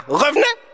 revenez